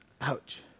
Ouch